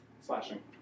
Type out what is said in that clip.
Slashing